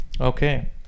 Okay